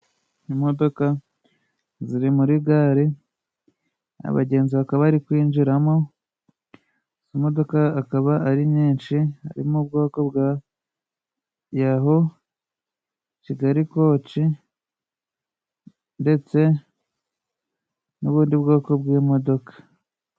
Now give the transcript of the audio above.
Imodoka ziri muri gare ,abagenzi bakaba bari kwinjiramo ,izo modoka akaba ari nyinshi, harimo ubwoko bwa Yahu, Kigali koci, ndetse n'ubundi bwoko bw'imodoka.